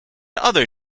other